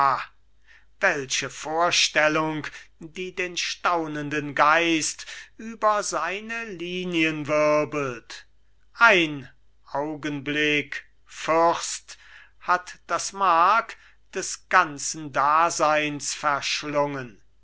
welche vorstellung die den staunenden geist über seine linien wirbelt ein augenblick fürst hat das mark des ganzen daseins verschlungen